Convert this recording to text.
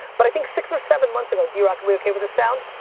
but i think six or seven months ago, drock, we okay with the sound?